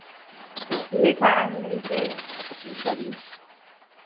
ठीक है मिलते फिर कभी